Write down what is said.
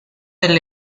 del